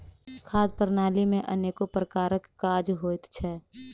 खाद्य प्रणाली मे अनेको प्रकारक काज होइत छै